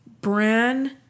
Bran